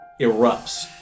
erupts